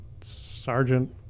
sergeant